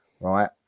right